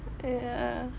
ya